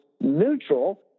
neutral